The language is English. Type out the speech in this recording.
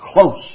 close